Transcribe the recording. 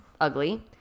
ugly